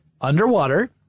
underwater